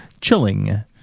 Chilling